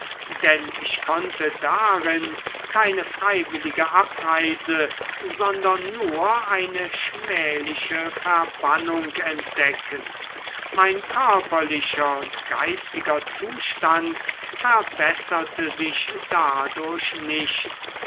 denn ich konnte darin keine freiwillige abreise sondern nur eine schmähliche verbannung entdecken mein körperlicher und geistiger zustand verbesserte sich dadurch nicht